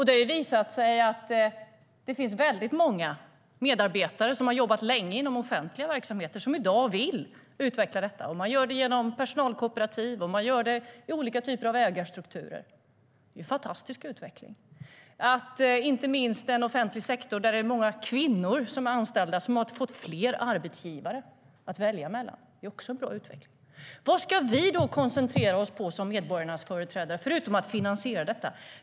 Det har visat sig att det finns väldigt många medarbetare som har jobbat länge inom offentliga verksamheter som i dag vill utveckla detta. De gör det genom personalkooperativ, och de gör det i olika typer av ägarstrukturer. Det är en fantastisk utveckling. Inom den offentliga sektorn är det många kvinnor som är anställda. De har fått fler arbetsgivare att välja mellan. Det är också en bra utveckling. Vad ska vi då, som medborgarnas företrädare, koncentrera oss på, förutom att finansiera detta?